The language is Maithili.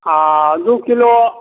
आ दू किलो